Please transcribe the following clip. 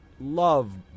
love